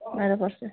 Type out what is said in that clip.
ବାର ପର୍ସେଣ୍ଟ୍